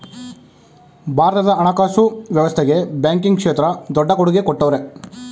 ಭಾರತದ ಹಣಕಾಸು ವ್ಯವಸ್ಥೆಗೆ ಬ್ಯಾಂಕಿಂಗ್ ಕ್ಷೇತ್ರ ದೊಡ್ಡ ಕೊಡುಗೆ ಕೊಟ್ಟವ್ರೆ